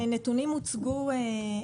הנתונים הוצגו.